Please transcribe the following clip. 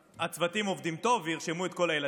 והצוותים עובדים טוב וירשמו את כל הילדים,